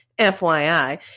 FYI